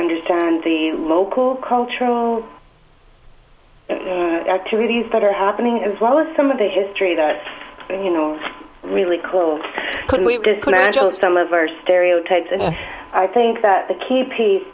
understand the local cultural activities that are happening as well as some of the history that you know really close could we dismantle some of our stereotypes and i think that the key piece